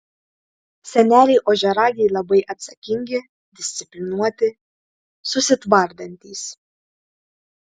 seneliai ožiaragiai labai atsakingi disciplinuoti susitvardantys